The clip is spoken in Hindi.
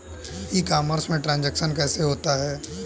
ई कॉमर्स में ट्रांजैक्शन कैसे होता है?